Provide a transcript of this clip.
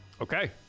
Okay